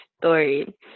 story